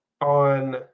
on